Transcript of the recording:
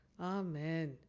amen